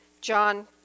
John